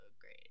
great